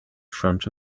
front